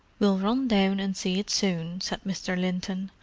we'll run down and see it soon, said mr. linton.